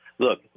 Look